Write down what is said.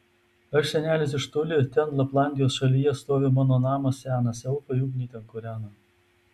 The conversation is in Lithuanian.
aš senelis iš toli ten laplandijos šalyje stovi mano namas senas elfai ugnį ten kūrena